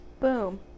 Boom